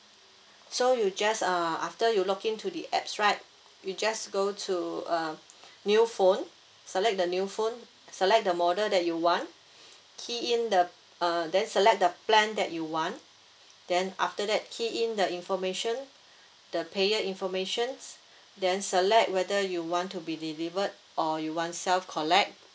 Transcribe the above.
so you just uh after you login to the apps right you just go to um new phone select the new phone select the model that you want key in the uh then select the plan that you want then after that key in the information the payer information then select whether you want to be delivered or you want self collect